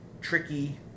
tricky